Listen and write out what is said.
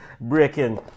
breaking